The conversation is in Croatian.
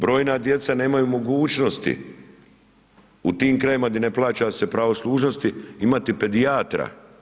Brojna djeca nemaju mogućnosti, u tim krajevima gdje ne plaća se pravo služnosti, imati pedijatra.